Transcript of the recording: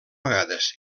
vegades